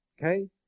Okay